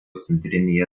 centrinėje